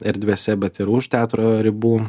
erdvėse bet ir už teatro ribų